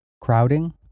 Crowding